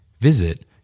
Visit